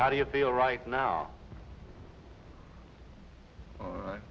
how do you feel right now